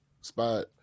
spot